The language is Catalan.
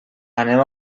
anem